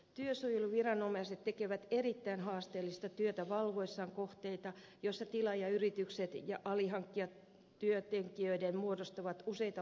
työsuojeluviranomaiset tekevät erittäin haasteellista työtä valvoessaan kohteita joissa tilaajayritykset ja alihankkijat työntekijöineen muodostavat useita urakkaketjuja